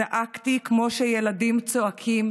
צעקתי כמו שילדים צועקים